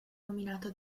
nominato